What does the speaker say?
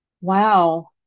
Wow